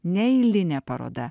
neeilinė paroda